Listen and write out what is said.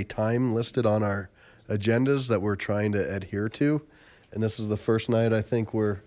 a time listed on our agendas that we're trying to adhere to and this is the first night i think we're